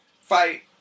fight